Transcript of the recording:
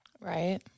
Right